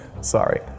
Sorry